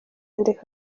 yandika